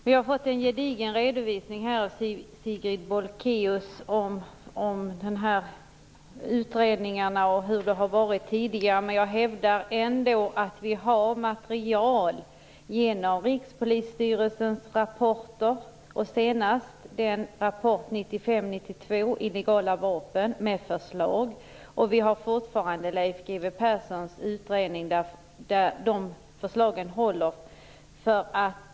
Vi har fått en gedigen redovisning av Sigrid Bolkéus om utredningar och hur det har varit tidigare, men jag hävdar ändå att vi har material genom Rikspolisstyrelsens rapporter bl.a. om illegala vapen med förslag, och vi har fortfarande Leif G. W. Perssons utredning som säger att förslagen håller.